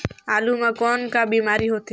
आलू म कौन का बीमारी होथे?